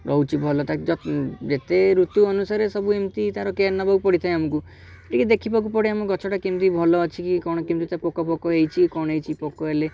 ରହୁଛି ଭଲ ତା' ଯେତେ ଋତୁ ଅନୁସାରେ ସବୁ ଏମିତି ତା'ର କେୟାର୍ ନେବାକୁ ପଡ଼ିଥାଏ ଆମକୁ ଟିକେ ଦେଖିବାକୁ ପଡ଼େ ଆମ ଗଛଟା କେମିତି ଭଲ ଅଛି କି କ'ଣ କେମିତି ପୋକ ଫୋକ ହେଇଛି କ'ଣ ହେଇଛି ପୋକ ହେଲେ